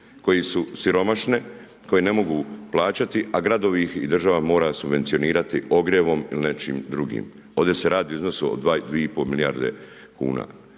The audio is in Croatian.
koje su siromašne, koje ne mogu plaćati a gradovi ih i država mora subvencionirati ogrjevom ili nečim drugim. Ovdje se radi o iznosu od 2,5 milijarde kuna.